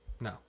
no